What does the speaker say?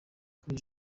kuri